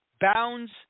bounds